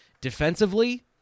Defensively